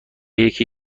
یکی